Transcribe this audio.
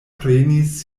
prenis